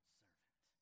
servant